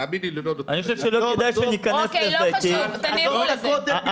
אני חושב שלא כדאי שניכנס לזה כי --- עזוב את הכותל במקומו.